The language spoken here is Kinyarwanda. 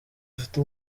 afite